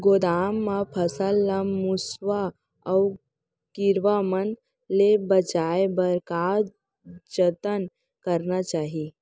गोदाम मा फसल ला मुसवा अऊ कीरवा मन ले बचाये बर का जतन करना चाही?